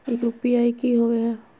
UPI की होवे हय?